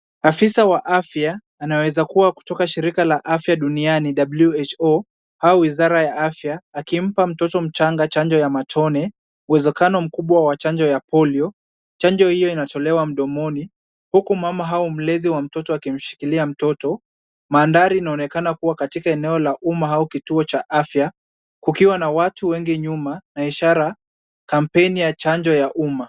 Afisa wa afya anayeweza kuwa kutoka shirika la afya duniani WHO au wizara ya afya akimpa mtoto mchanga chanjo ya matone, uwezekano mkubwa wa chanjo ya polio. Chanjo hiyo inatolewa mdomoni huku mama au mlezi wa mtoto akimshikilia mtoto. Mandhari inaonekana kuwa katika eneo la umma au kituo cha afya kukiwa na watu wengi nyuma na ishara, kampeni ya chanjo ya umma.